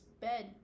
bed